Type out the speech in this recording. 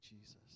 Jesus